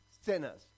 sinners